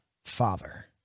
father